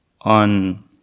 on